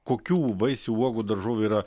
kokių vaisių uogų daržovių yra